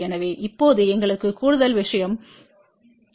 எனவே இப்போது எங்களுக்கு கூடுதல் விஷயம் உள்ளது